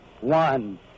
one